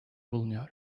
bulunuyor